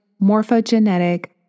morphogenetic